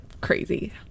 crazy